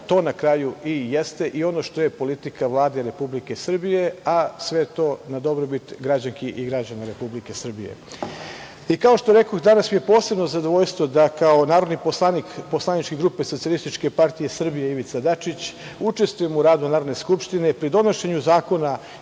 to na kraju i jeste i ono što je politika Vlade Republike Srbije, a sve to na dobrobit građanki i građana Republike Srbije. Kao što rekoh, danas mi je posebno zadovoljstvo da kao narodni poslanik poslaničke grupe Socijalističke partije Srbije – Ivica Dačić učestvujem u radu Narodne skupštine, pri donošenju zakona,